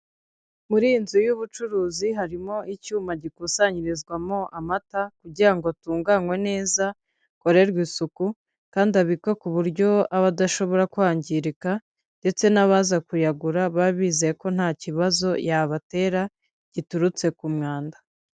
Muri iyi nzu y'ubucuruzi harimo icyuma gikusanyirizwamo amata kugira ngo atunganwe neza, akorerwe isuku kandi abikwe ku buryo aba adashobora kwangirika, ndetse n'abaza kuyagura babe bizeye ko nta kibazo yabatera giturutse ku mwanda.